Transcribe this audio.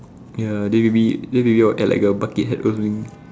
ya then maybe then maybe I'll add like a bucket hat or something